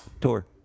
Tour